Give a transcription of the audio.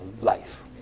life